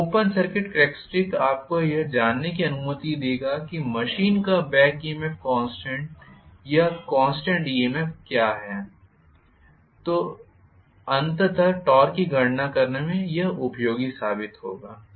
तो open circuit characteristics आपको यह जानने की अनुमति देगा कि मशीन का बॅक ईएमएफ कॉन्स्टेंट या कॉन्स्टेंट ईएमएफ क्या है जो अंततः टॉर्क की गणना करने में भी उपयोगी होगा